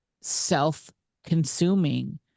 self-consuming